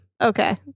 Okay